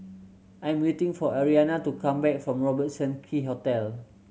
I am waiting for Arianna to come back from Robertson Quay Hotel